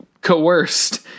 coerced